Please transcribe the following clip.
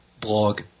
blog